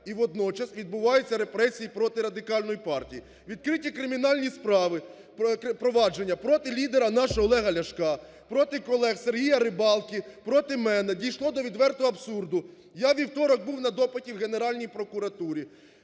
і водночас відбуваються репресії проти Радикальної партії: відкриті кримінальні справи… провадження проти лідера нашого Олега Ляшка, проти колег Сергія Рибалки, проти мене. Дійшло до відвертого абсурду: я у вівторок був на допиті у Генеральній прокуратурі,